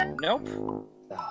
nope